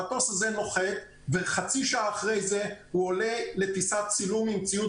המטוס הזה נוחת וחצי שעה אחר כך הוא עולה לטיסת צילום עם ציוד